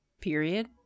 period